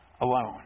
alone